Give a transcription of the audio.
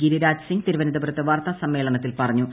ഗിരിരാജ് സിങ് തിരുവനന്തപുരത്ത് ്വാർത്താസമ്മേളനത്തിൽ പറഞ്ഞു